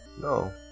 No